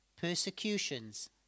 persecutions